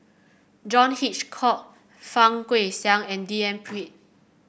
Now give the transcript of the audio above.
John Hitchcock Fang Guixiang and D N Pritt